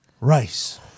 rice